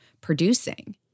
producing